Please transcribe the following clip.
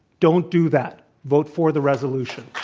don't do that. vote for the resolution.